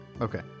Okay